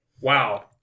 Wow